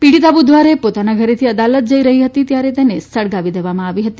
પીડિતા બુધવારે પોતાના ધરેથી અદાલત જઈ રહી હતી ત્યારે તેને સળગાવી દેવામાં આવી હતી